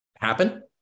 happen